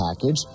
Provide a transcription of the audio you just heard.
package